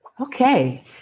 Okay